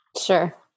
Sure